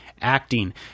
acting